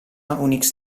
unix